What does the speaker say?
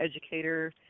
educator